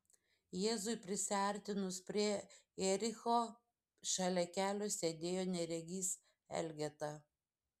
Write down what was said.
jėzui prisiartinus prie jericho šalia kelio sėdėjo neregys elgeta